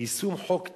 עם יישום חוק טל,